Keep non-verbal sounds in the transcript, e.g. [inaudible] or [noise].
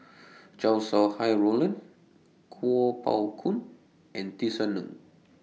[noise] Chow Sau Hai Roland Kuo Pao Kun and Tisa Ng